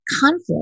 conflict